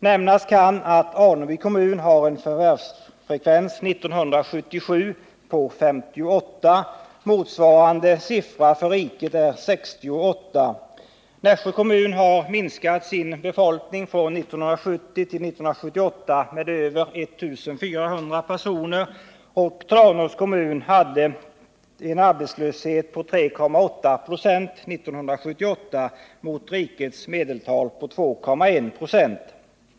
Nämnas kan att Aneby kommun hade en förvärvsfrekvens 1977 på 58. Motsvarande siffra för riket är 68. Nässjö kommun har minskat sin befolkning från 1970 till 1978 med över 1 400 personer, och Tranås kommun hade 3,8 26 arbetslösa 1978, mot rikets medeltal på 2,1 26.